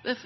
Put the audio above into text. Den